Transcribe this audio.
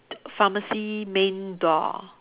d~ pharmacy main door